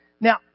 Now